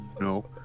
No